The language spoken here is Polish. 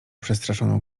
przestraszoną